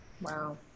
Wow